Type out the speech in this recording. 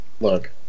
Look